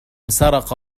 سرق